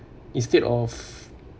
instead of